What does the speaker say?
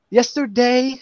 yesterday